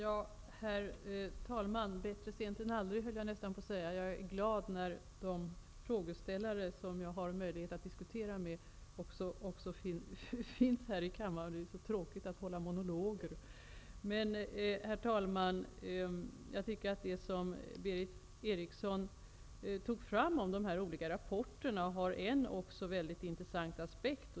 Herr talman! Bättre sent än aldrig, skulle jag kunna säga. Jag är glad när de frågeställare som jag har möjlighet att diskutera med också finns här i kammaren. Det är tråkigt att hålla monologer. Det som Berith Eriksson tog upp i fråga om de olika rapporterna har en mycket intressant aspekt.